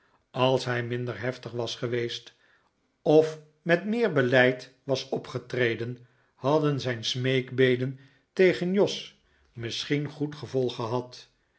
als hij minder heftig was geweest of met meer beleid was opgetreden hadden zijn smeekbeden tegen jos misschien goed gevolg gehad